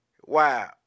wow